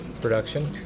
production